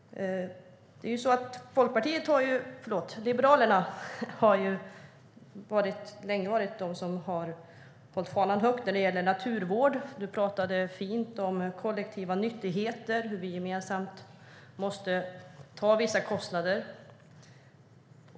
Liberalerna har ju länge varit de som har hållit fanan högt när det gäller naturvård. Lars Tysklind pratade fint om kollektiva nyttigheter och hur vi gemensamt måste ta vissa kostnader.